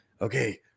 okay